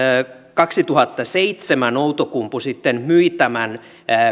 kaksituhattaseitsemän outokumpu sitten myi tämän